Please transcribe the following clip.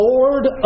Lord